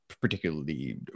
particularly